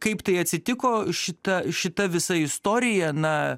kaip tai atsitiko šita šita visa istorija na